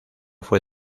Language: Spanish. fue